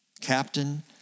captain